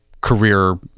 career